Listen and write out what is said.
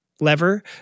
lever